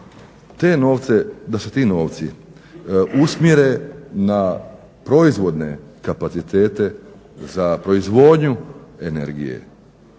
da se ti novci usmjere na proizvodne kapacitete za proizvodnju energije.